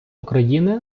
україни